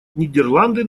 нидерланды